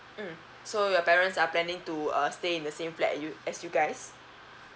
mm so your parents are planning to uh stay in the same flat you as you guys